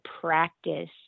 practice